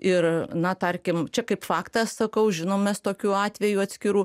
ir na tarkim čia kaip faktą sakau žinom mes tokių atvejų atskirų